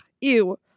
ew